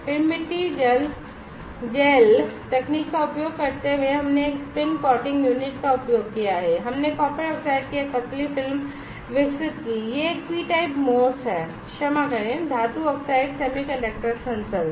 और फिर मिट्टी जेल तकनीक का उपयोग करते हुए हमने एक स्पिन कोटिंग यूनिट का उपयोग किया है हमने कॉपर ऑक्साइड की एक पतली फिल्म विकसित की है यह एक ptype MOS है क्षमा करें धातु ऑक्साइड सेमीकंडक्टर सेंसर